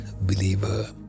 believer